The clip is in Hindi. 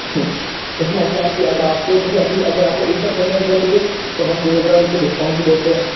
उसमें ऐसा है कि अब आपको जैसे अभी अगर आप को एक साथ पेमेंट करोगे तो हम दो हज़ार रुपए डिस्काउंट भी देते हैं